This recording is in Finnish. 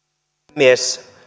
puhemies